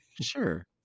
Sure